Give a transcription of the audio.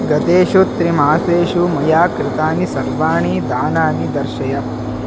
गतेषु त्रिमासेषु मया कृतानि सर्वाणि दानानि दर्शय